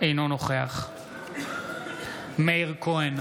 אינו נוכח מאיר כהן,